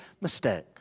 mistake